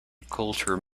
cultured